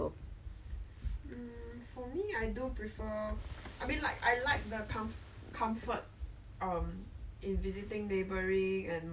then food I also didn't like so I guess it was it's a place that unless the our parents say want to bring us together which I doubt will happen because of we're like quite old already